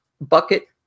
bucket